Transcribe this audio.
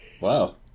Wow